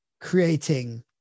creating